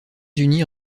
unis